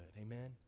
Amen